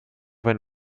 wenn